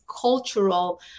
cultural